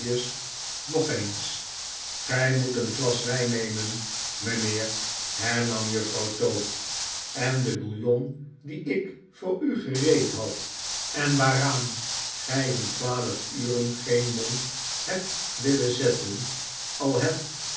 nog eens gy moet een glas wyn nemen mynheer hernam juffrouw tope en den bouillon dien ik voor u gereed had en waaraan gy om twaalf uren geen mond hebt willen zetten al heb